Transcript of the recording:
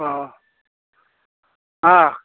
अ मा